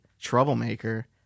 troublemaker